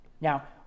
Now